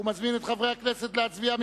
ומזמין את חברי הכנסת להצביע.